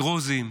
דרוזים,